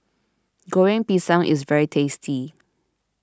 Goreng Pisang is very tasty